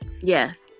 Yes